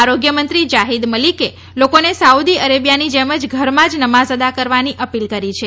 આરોગ્યમંત્રી જાહિદ મલિકે લોકોને સાઉદી અરેબિયાની જેમ જ ઘરમાં જ નમાઝ અદા કરવાની અપિલ કરી છે